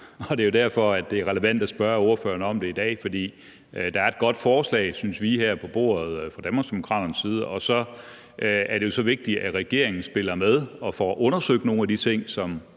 Det er jo derfor, det er relevant at spørge ordføreren om det i dag. For der er i dag, synes vi fra Danmarksdemokraternes side, et godt forslag på bordet, og så er det jo vigtigt, at regeringen spiller med og får undersøgt nogle af de ting, som